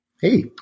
Hey